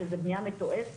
שזה חברה מתועשת.